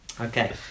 Okay